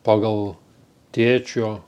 pagal tėčio